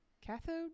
cathode